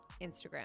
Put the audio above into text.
Instagram